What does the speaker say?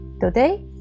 today